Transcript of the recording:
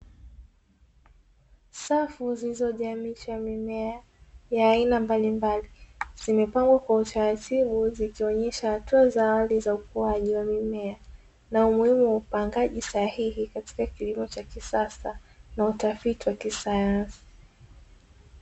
Safu zilizojaa miche ya mimea ya aina mbalimbali, zimepangwa kwa utaratibu zikionyesha hatua za awali za ukuaji wa mimea na umuhimu wa upangaji sahihi katika kilimo cha kisasa na na utafiti wa kisayansi.